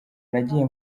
nagiye